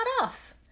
off